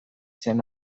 zen